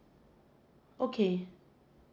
okay